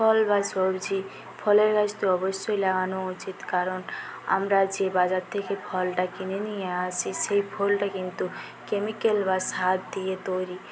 ফল বা সবজি ফলের গাছ তো অবশ্যই লাগানো উচিত কারণ আমরা যে বাজার থেকে ফলটা কিনে নিয়ে আসি সেই ফলটা কিন্তু কেমিকেল বা সার দিয়ে তৈরি